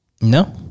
No